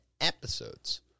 episodes